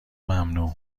ممنوع